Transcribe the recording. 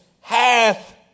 hath